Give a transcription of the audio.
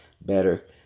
better